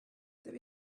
there